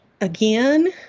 Again